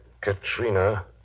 Katrina